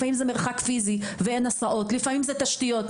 לפעמים זה מחסור בהסעות ולפעמים זה תשתיות.